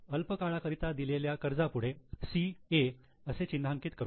अल्प काळाकरिता दिलेल्या कर्जा पुढे 'CA' असे चिन्हांकित करू